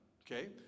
okay